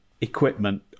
equipment